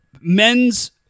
men's